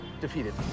defeated